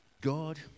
God